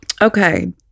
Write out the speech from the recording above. Okay